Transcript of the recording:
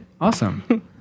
Awesome